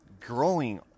Growing